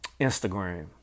Instagram